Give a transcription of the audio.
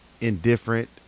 indifferent